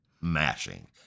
mashing